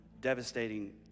devastating